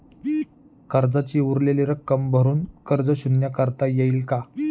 कर्जाची उरलेली रक्कम भरून कर्ज शून्य करता येईल का?